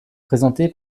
présenté